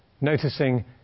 noticing